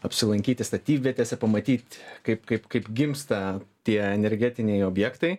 apsilankyti statybvietėse pamatyt kaip kaip kaip gimsta tie energetiniai objektai